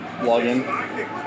login